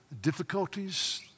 difficulties